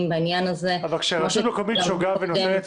כמו שציין פה גזבר עיריית בית